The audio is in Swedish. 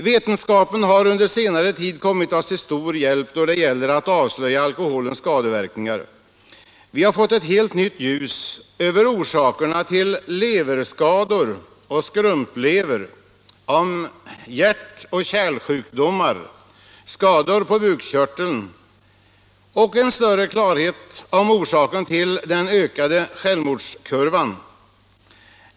Vetenskapen har under senare tid kommit oss till stor hjälp då det gäller att avslöja alkoholens skadeverkningar. Vi har fått ett helt nytt ljus över orsakerna till leverskador och skrumplever, hjärtoch kärlsjukdomar, skador på bukspottkörteln och en större klarhet om orsaken till den stigande självmordskurvan.